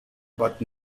but